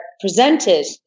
presented